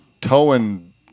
Towing